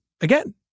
again